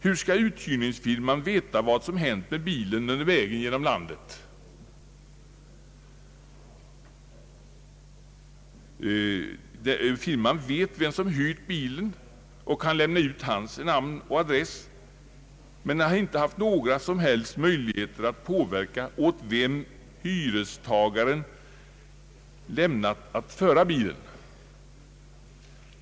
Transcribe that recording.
Hur skall uthyrningsfirman veta vad som hänt med bilen under vägen genom landet? Firman vet vem som hyrt bilen och kan lämna ut hans namn och adress men har inte några som helst möjligheter att påverka åt vem hyrestagaren lämnar att föra bilen.